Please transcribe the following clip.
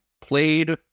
played